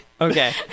Okay